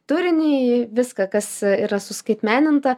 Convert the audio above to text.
turinį į viską kas yra suskaitmeninta